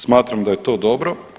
Smatram da je to dobro.